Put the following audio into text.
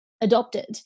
adopted